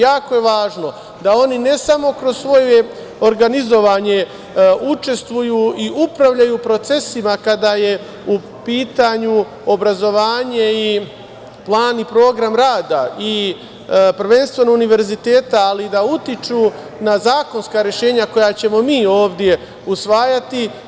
Jako je važno da oni ne samo kroz svoje organizovanje učestvuju i upravljaju procesima kada je u pitanju obrazovanje i plan i program rada i prvenstveno univerziteta, ali da utiču na zakonska rešenja koja ćemo mi ovde usvajati.